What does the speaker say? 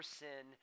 sin